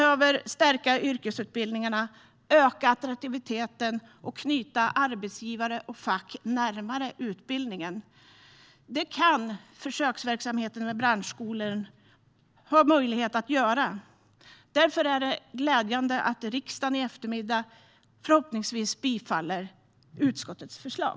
Yrkesutbildningarna behöver stärkas, attraktiviteten behöver öka och arbetsgivare och fack behöver knytas närmare utbildningarna. Detta kan försöksverksamheten med branschskolor göra. Därför är det glädjande att riksdagen i eftermiddag förhoppningsvis bifaller utskottets förslag.